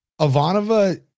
Ivanova